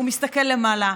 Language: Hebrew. הוא מסתכל למעלה,